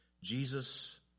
Jesus